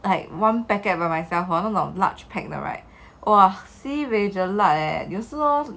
like one packet by myself 那种 large pack right !wah! sibei jelak leh 有时候 hor